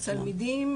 התלמידים